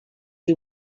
you